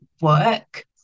work